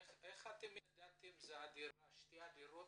איך ידעתם ששתי הדירות